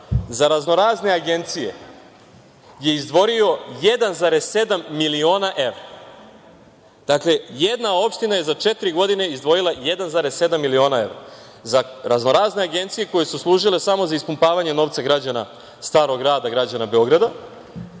za razno razne agencije je izdvorio 1,7 miliona evra. Dakle, jedna opština je za četiri godine izdvojila 1,7 miliona evra za razno razne agencije koje su služile samo za ispumpavanje novca građana Starog Grada, građana Beograda.